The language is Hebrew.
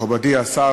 מכובדי השר,